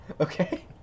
okay